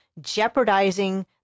jeopardizing